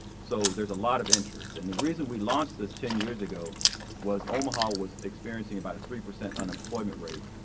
so there's a lot of interest. and the reason we launched this ten years ago was omaha was experiencing about a three percent unemployment rate,